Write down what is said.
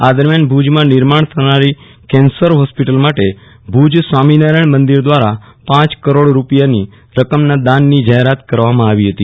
આ દરમ્યાન ભજમાં નિમાણ થનારી કેન્સર હોસ્પિટલ માટે ભુજ સ્વામીનારાયણ મંદિર દવારા પાંચ કરોડ રૂપિયા રકમના દાનની જાહેરાત કરવમાં આવી હતી